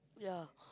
ya